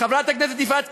חברת הכנסת יפעת קריב,